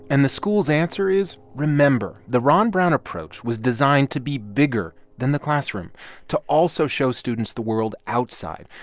and the school's answer is remember, the ron brown approach was designed to be bigger than the classroom to also show students the world outside,